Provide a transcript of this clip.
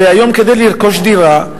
הרי היום, כדי לרכוש דירה,